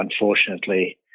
unfortunately